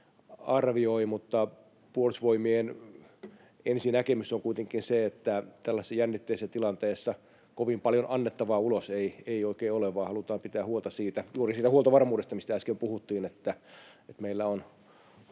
mutta Puolustusvoimien ensinäkemys on kuitenkin se, että tällaisessa jännitteisessä tilanteessa kovin paljon annettavaa ulos ei oikein ole, vaan halutaan pitää huolta juuri siitä huoltovarmuudesta, mistä äsken puhuttiin, että meillä